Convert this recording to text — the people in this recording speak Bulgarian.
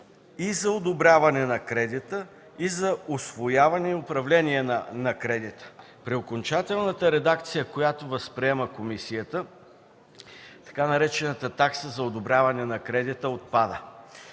и за одобряване на кредита, и за усвояване и управление на кредита. При окончателната редакция, която възприема комисията, така наречената „такса за одобряване на кредита” отпада.